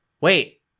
wait